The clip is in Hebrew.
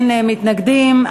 אין מתנגדים.